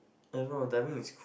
I don't know diving is